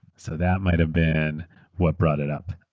so that might have been what brought it up.